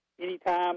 Anytime